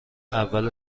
اول